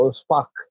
spark